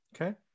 Okay